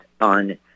on